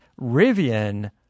Rivian